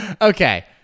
Okay